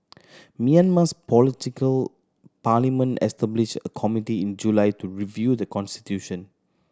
Myanmar's political parliament established a committee in July to review the constitution